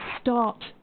start